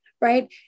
Right